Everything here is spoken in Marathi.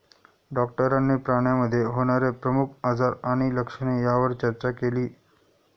डॉक्टरांनी प्राण्यांमध्ये होणारे प्रमुख आजार आणि लक्षणे यावर चर्चा केली